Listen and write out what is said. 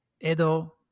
edo